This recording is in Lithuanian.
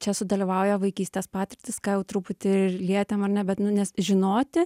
čia sudalyvauja vaikystės patirtys ką jau truputį ir lietėm ar ne bet nu nes žinoti